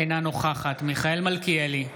אינה נוכחת מיכאל מלכיאלי,